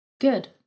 Good